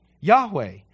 Yahweh